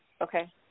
Okay